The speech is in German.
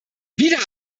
wieder